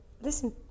listen